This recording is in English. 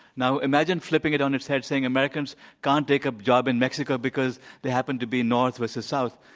now, imagine flipping it on its head, saying americans can't take a job in mexico because they happen to be north, west, or south.